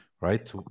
right